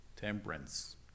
temperance